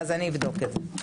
אז אני אבדוק את זה.